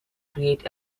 create